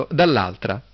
dall'altra